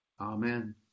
Amen